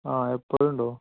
ആ എപ്പോഴുമുണ്ടോ